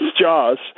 jaws